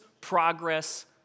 progress